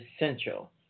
essential